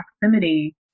proximity